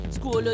School